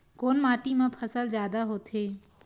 कोन माटी मा फसल जादा होथे?